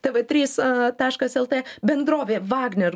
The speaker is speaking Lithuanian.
tv trys taškas lt bendrovė vagner